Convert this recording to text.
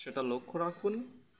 সেটা লক্ষ্য রাখুন